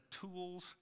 tools